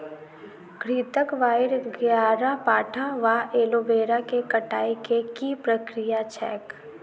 घृतक्वाइर, ग्यारपाठा वा एलोवेरा केँ कटाई केँ की प्रक्रिया छैक?